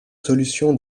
solutions